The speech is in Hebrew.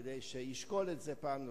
כדי שישקול את זה פעם נוספת.